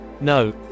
no